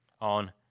on